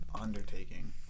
undertaking